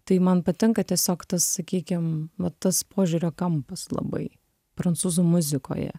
tai man patinka tiesiog tas sakykim va tas požiūrio kampas labai prancūzų muzikoje